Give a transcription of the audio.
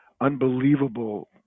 unbelievable